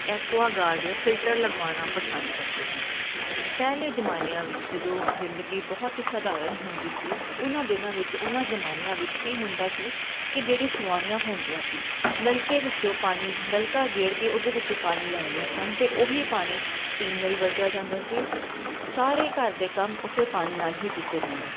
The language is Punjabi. ਐਕਓਗਾਡ ਜਾਂ ਫਿਲਟਰ ਲਗਵਾਉਣਾ ਪਸੰਦ ਕਰਦੇ ਹਨ ਪਹਿਲਾਂ ਜ਼ਾਮਾਨਿਆਂ ਵਿੱਚ ਜਦੋਂ ਜ਼ਿੰਦਗੀ ਬਹੁਤ ਹੀ ਸਧਾਰਨ ਹੁੰਦੀ ਸੀ ਉਹਨਾਂ ਦਿਨਾਂ ਵਿੱਚ ਉਹਨਾਂ ਜ਼ਮਾਨਿਆਂ ਵਿੱਚ ਕੀ ਹੁੰਦਾ ਸੀ ਕਿ ਜਿਹੜੀ ਸਵਾਣੀਆਂ ਹੁੰਦੀਆਂ ਸੀ ਨਲਕੇ ਵਿੱਚੋਂ ਪਾਣੀ ਨਲਕਾ ਗੇੜ ਕੇ ਉਹਦੇ ਵਿੱਚੋਂ ਪਾਣੀ ਲੈਂਦੀਆਂ ਸਨ ਅਤੇ ਉਹੀ ਪਾਣੀ ਪੀਣ ਲਈ ਵਰਤਿਆ ਜਾਂਦਾ ਸੀ ਸਾਰੇ ਘਰ ਦੇ ਕੰਮ ਉਸੇ ਪਾਣੀ ਨਾਲ ਹੀ ਕੀਤੇ ਜਾਂਦੇ ਹਨ